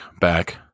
back